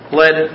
led